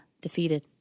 defeated